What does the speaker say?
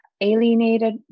alienated